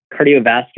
cardiovascular